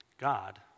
God